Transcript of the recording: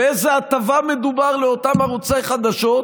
באיזו הטבה מדובר לאותם ערוצי חדשות,